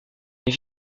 mais